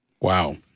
wow